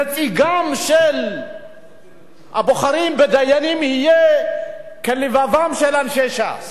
נציגם של הבוחרים והדיינים יהיה כלבבם של אנשי ש"ס,